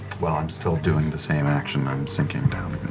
well, i'm still doing the same action, i'm sinking down.